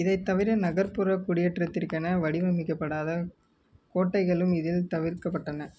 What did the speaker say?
இதைத் தவிர நகர்ப்புற குடியேற்றத்திற்கான வடிவமைக்கப்படாத கோட்டைகளும் இதில் தவிர்க்கப்பட்டன